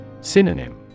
Synonym